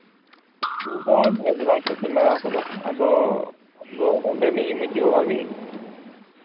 ᱵᱟᱝ ᱡᱷᱟᱲᱜᱨᱟᱢ ᱥᱮᱫ ᱠᱷᱚᱱᱤᱧ ᱞᱟᱜᱟᱣ ᱠᱟᱫᱟ ᱟᱫᱚ ᱟᱢ ᱫᱚ ᱚᱸᱰᱮᱱᱤᱡ ᱢᱟᱹᱡᱷᱤ ᱵᱟᱵᱟ ᱜᱮ